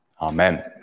Amen